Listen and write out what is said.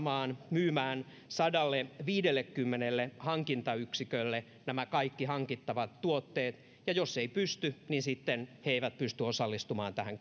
myymään sadalleviidellekymmenelle hankintayksikölle nämä kaikki hankittavat tuotteet ja jos ei pysty niin sitten he eivät pysty osallistumaan tähän